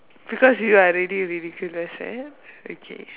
because you are really ridiculous right okay